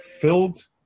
filled